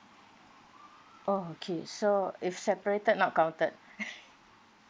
okay so uh if separated not counted